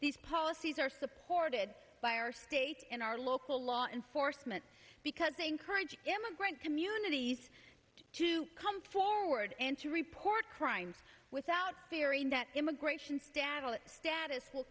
these policies are supported by our state and our local law enforcement because they encourage immigrant communities to come forward and to report crimes without fearing that immigration status status will